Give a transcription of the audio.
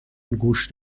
گوش